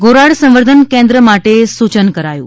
ધોરાડ સંવર્ધન કેન્દ્ર માટે સૂચન કરાયું